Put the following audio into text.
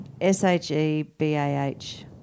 S-H-E-B-A-H